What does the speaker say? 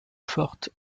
forte